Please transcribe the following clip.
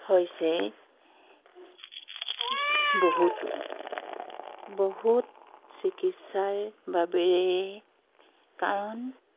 হৈছেই বহুতো বহুত চিকিৎসাৰ বাবেই কাৰণ